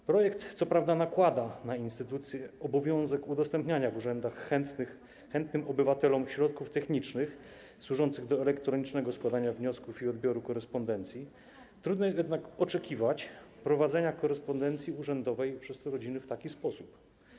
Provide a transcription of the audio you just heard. W projekcie co prawda nakłada się na instytucje obowiązek udostępniania w urzędach chętnym obywatelom środków technicznych służących do elektronicznego składania wniosków i odbioru korespondencji, trudno jednak oczekiwać prowadzenia korespondencji urzędowej przez te rodziny w taki sposób.